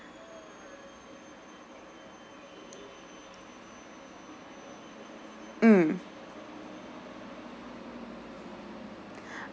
mm